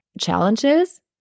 challenges